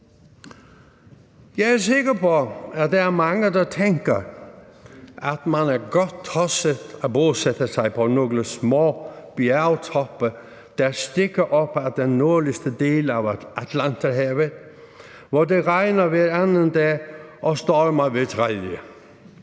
Jeg er sikker på, at der er mange, der tænker, at man er godt tosset, når man bosætter sig på nogle små bjergtoppe, der stikker op af den nordligste del af Atlanterhavet, hvor det regner hver anden dag og stormer hver tredje.